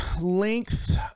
length